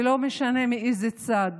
ולא משנה מאיזה צד